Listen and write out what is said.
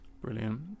brilliant